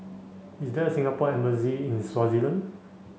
is there a Singapore embassy in Swaziland